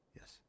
yes